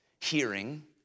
Hearing